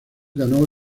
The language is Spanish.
ganó